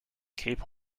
cape